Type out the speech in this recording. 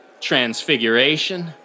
transfiguration